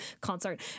concert